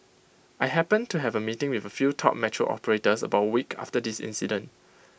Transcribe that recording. I happened to have A meeting with A few top metro operators about A week after this incident